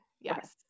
yes